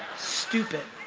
stupid